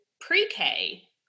pre-K